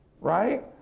Right